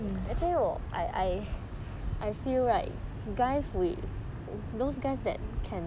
mm